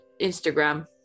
instagram